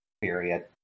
period